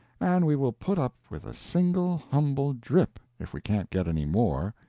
and we will put up with a single, humble drip, if we can't get any more.